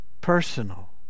personal